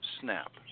Snap